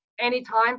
anytime